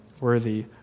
worthy